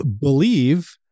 believe